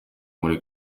muri